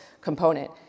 component